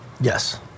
Yes